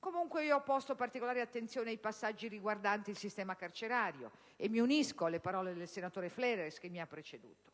Paese. Ho posto particolare attenzione ai passaggi riguardanti il sistema carcerario e mi unisco alle parole del senatore Fleres che mi ha preceduto.